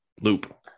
loop